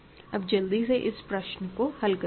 अब जल्दी से इस प्रश्न को हल करते हैं